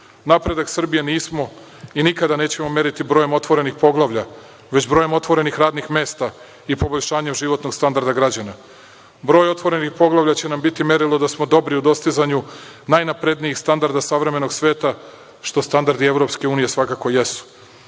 Napredak Srbije nismo i nikada nećemo meriti brojem otvorenih poglavlja, već brojem otvorenih radnih mesta i poboljšanju životnog standarda građana. Broj otvorenih poglavlja će nam biti merilo da smo dobri u dostizanju najnaprednijih standarda savremenog sveta, što standardi EU svakako jesu.U